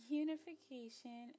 unification